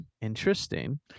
Interesting